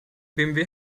bmw